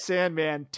Sandman